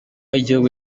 igihugu